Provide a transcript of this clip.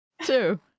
Two